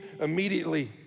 immediately